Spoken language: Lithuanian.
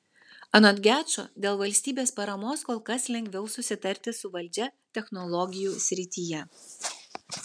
anot gečo dėl valstybės paramos kol kas lengviau susitarti su valdžia technologijų srityje